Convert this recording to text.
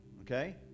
okay